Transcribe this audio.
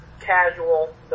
casual